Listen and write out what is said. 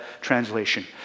translation